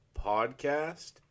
Podcast